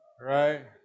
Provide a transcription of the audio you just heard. right